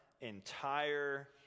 entire